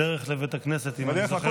בדרך לבית הכנסת, אם אני זוכר נכון.